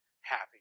happy